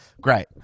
Great